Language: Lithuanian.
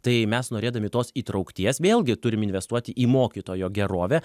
tai mes norėdami tos įtraukties vėlgi turim investuoti į mokytojo gerovę